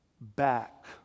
back